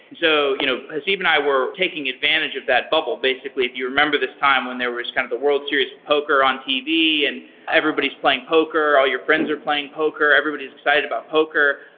so you know haseeb and i were taking advantage of that bubble. basically, if you remember this time when there was kind of the world series poker on tv and everybody is playing poker. all your friends are playing poker. everybody is excited about poker.